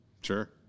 Sure